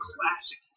classic